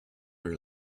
were